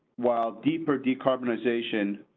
while deeper decarbonization,